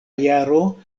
jaro